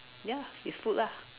ya it's food lah